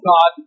God